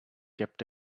kept